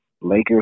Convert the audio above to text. Lakers